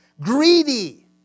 greedy